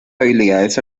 utilidades